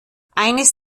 eines